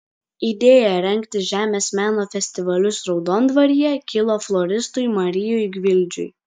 idėja rengti žemės meno festivalius raudondvaryje kilo floristui marijui gvildžiui